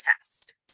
test